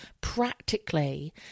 practically